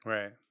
Right